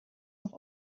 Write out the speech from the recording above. noch